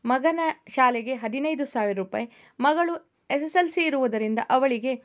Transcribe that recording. ಮಗನ ಶಾಲೆಗೆ ಹದಿನೈದು ಸಾವಿರ ರೂಪಾಯಿ ಮಗಳು ಎಸ್ ಎಸ್ ಎಲ್ ಸಿ ಇರುವುದರಿಂದ ಅವಳಿಗೆ